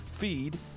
feed